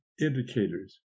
indicators